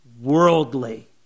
worldly